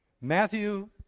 Matthew